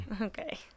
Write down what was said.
okay